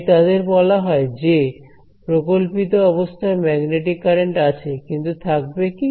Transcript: তাই তাদের বলা হয় যে প্রকল্পিত অবস্থায় ম্যাগনেটিক কারেন্ট আছে কিন্তু থাকবে কি